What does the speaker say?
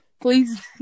please